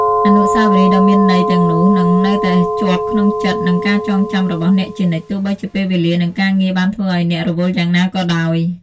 អនុស្សាវរីយ៍ដ៏មានន័យទាំងនោះនឹងនៅតែជាប់ក្នុងចិត្តនិងការចងចាំរបស់អ្នកជានិច្ច ទោះបីជាពេលវេលានិងការងារបានធ្វើឱ្យអ្នករវល់យ៉ាងណាក៏ដោយ។